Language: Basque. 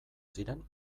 ziren